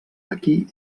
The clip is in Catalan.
aquí